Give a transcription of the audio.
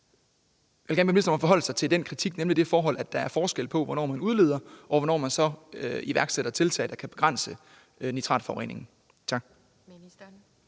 Jeg vil gerne bede ministeren om at forholde sig til den kritik, nemlig det forhold, at der er forskel på, hvornår man udleder, og hvornår man så iværksætter tiltag, der kan begrænse nitratforureningen. Kl.